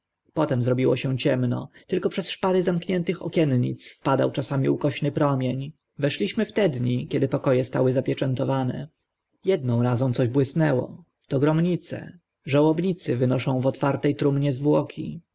potem zrobiło się ciemno tylko przez szpary zamkniętych okiennic wpadał czasem ukośny promień weszliśmy w te dni kiedy poko e stały zapieczętowane jedną razą coś błysnęło to gromnice żałobnicy wynoszą w otwarte trumnie zwłoki